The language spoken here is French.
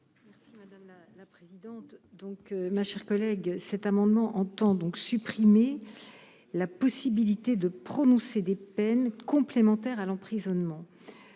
Merci madame la la présidente donc ma chère collègue cet amendement entend donc supprimer la possibilité de prononcer des peines complémentaires à l'emprisonnement,